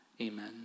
Amen